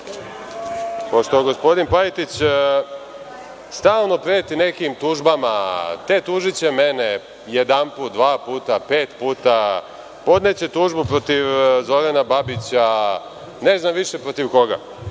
gospodin Pajtić stalno preti nekim tužbama, te tužiće mene jedanput, dva puta, pet puta, podneće tužbu protiv Zorana Babića, ne znam više protiv koga,